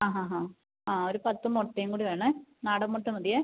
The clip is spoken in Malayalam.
ആ ഹാ ഹാ ആ ഒരു പത്ത് മുട്ടയും കൂടി വേണേ നാടൻ മുട്ട മതിയേ